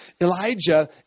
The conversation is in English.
Elijah